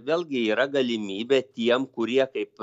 vėlgi yra galimybė tiem kurie kaip